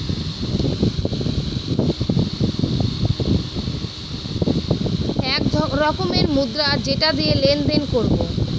এক রকমের মুদ্রা যেটা দিয়ে লেনদেন করবো